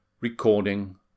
Recording